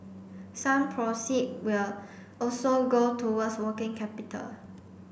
some proceed will also go towards working capital